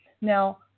Now